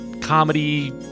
comedy